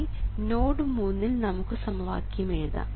അവസാനമായി നോഡ് മൂന്നിൽ നമുക്ക് സമവാക്യം എഴുതാം